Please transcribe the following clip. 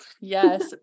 Yes